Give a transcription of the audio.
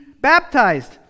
baptized